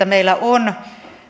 meillä on